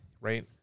right